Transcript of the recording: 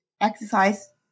exercise